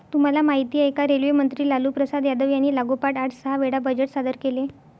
तुम्हाला माहिती आहे का? रेल्वे मंत्री लालूप्रसाद यादव यांनी लागोपाठ आठ सहा वेळा बजेट सादर केले